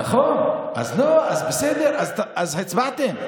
נכון, אז בסדר, אז הצבעתם.